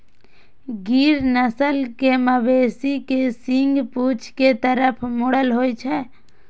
गिर नस्ल के मवेशी के सींग पीछू के तरफ मुड़ल होइ छै